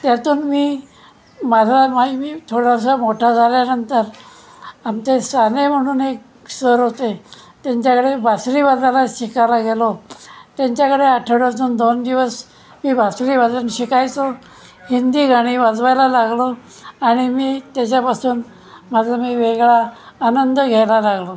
त्यातून मी माझा माई मी थोडासा मोठा झाल्यानंतर आमचे साने म्हणून एक सर होते त्यांच्याकडे बासरी वाजवायला शिकायला गेलो त्यांच्याकडे आठवड्यातून दोन दिवस मी बासरी वादन शिकायचो हिंदी गाणी वाजवायला लागलो आणि मी त्याच्यापासून माझा मी वेगळा आनंद घ्यायला लागलो